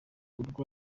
urwo